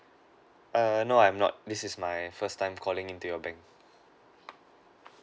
err no I'm not this is my first time calling into your bank